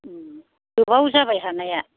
गोबाव जाबाय हानाया